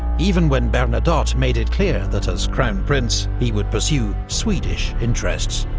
even when bernadotte made it clear that as crown prince, he would pursue swedish interests.